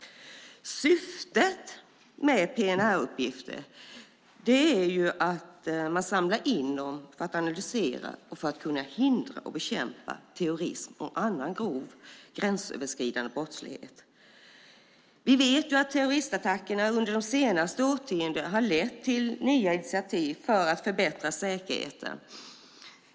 Insamlade PNR-uppgifter analyseras i syfte att hindra och bekämpa terrorism och annan grov gränsöverskridande brottslighet. Vi vet att terroristattackerna under de senaste årtiondena har lett till nya initiativ för att förbättra säkerheten.